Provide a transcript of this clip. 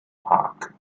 park